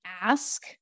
ask